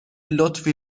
لطفی